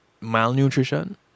malnutrition